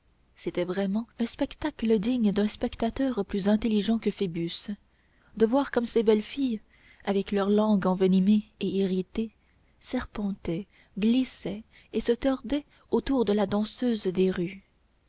c'était vraiment un spectacle digne d'un spectateur plus intelligent que phoebus de voir comme ces belles filles avec leurs langues envenimées et irritées serpentaient glissaient et se tordaient autour de la danseuse des rues